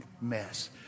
mess